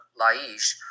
Laish